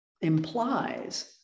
implies